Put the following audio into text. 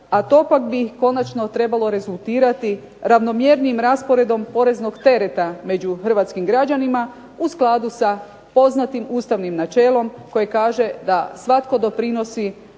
a to pak bi to konačno trebalo rezultirati ravnomjernim rasporedom poreznog tereta među hrvatskim građanima, u skladu sa poznatim ustavnim načelom koje kaže da svatko doprinosi,